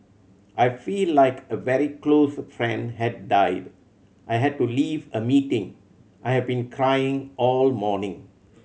I feel like a very close friend had died I had to leave a meeting I've been crying all morning